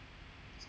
mm